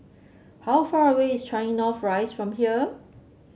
how far away is Changi North Rise from here